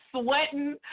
sweating